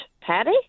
Patty